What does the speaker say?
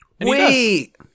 Wait